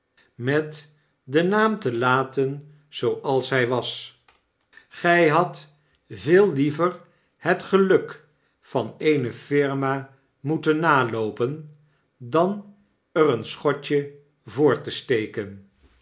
met den naam te laten zooals hy was gy hadt veel liever het geluk van eene firma moeten naloopen dan er een schotje voor te steken